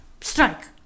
Strike